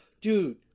dude